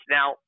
Now